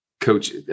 coach